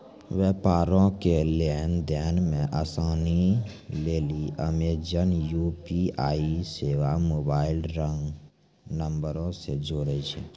व्यापारो के लेन देन मे असानी लेली अमेजन यू.पी.आई सेबा मोबाइल नंबरो से जोड़ै छै